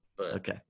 Okay